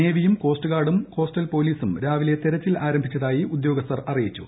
നേവിയൂം കോസ്റ്റ്ഗാർഡും കോസ്റ്റൽ പോലീസും രാവിലെ ഏര്ച്ചിൽ ആരംഭിച്ചതായി ഉദ്യോഗസ്ഥർ അറിയിച്ചു